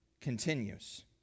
continues